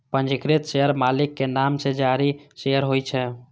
पंजीकृत शेयर मालिक के नाम सं जारी शेयर होइ छै